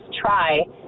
try